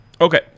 Okay